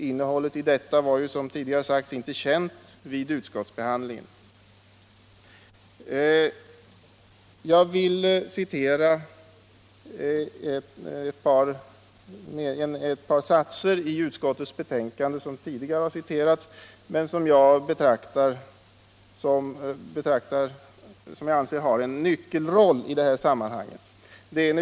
Innehållet i detta var ju, som tidigare sagts, inte känt vid utskottsbehandlingen. Jag vill citera ett par satser i utskottets betänkande som har citerats förut men som jag anser ha en nyckelroll i det här sammanhanget.